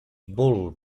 bull